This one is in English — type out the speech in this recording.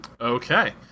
Okay